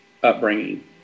upbringing